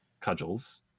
cudgels